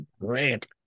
Great